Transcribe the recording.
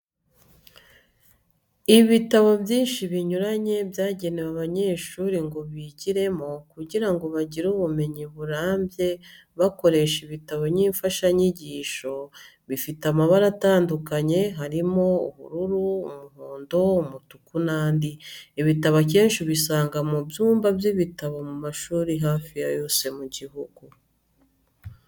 Ibitabo byinshi binyuranye byagenewe abanyeshuri ngo bigiremo kugira ngo bagire ubumenyi burambye bakoresha ibitabo nk'imfashanyigisho, bifite amabara atandukanye harimo ubururu, umuhondo, umutuku n'andi. Ibitabo akenshi ubisanga mu byumba by'ibitabo mu mashuri hafi ya yose mu gihugu.